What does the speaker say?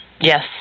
Yes